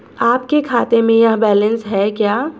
आपके खाते में यह बैलेंस है क्या?